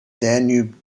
danube